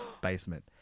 basement